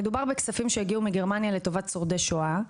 מדובר בכספים שהגיעו מגרמניה לטובת שורדי שואה,